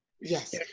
Yes